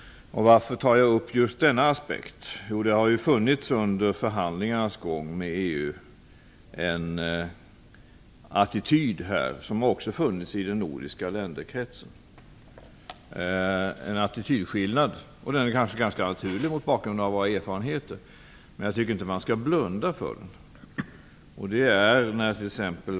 Varför tar jag upp just denna aspekt? Jo, under förhandlingarna med EU har det framkommit attitydskillnader - också i den nordiska länderkretsen - som kanske är naturliga mot bakgrunden av våra erfarenheter. Jag tycker inte man skall blunda för dem.